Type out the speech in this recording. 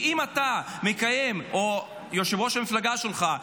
כי אם אתה או יושב-ראש המפלגה שלך,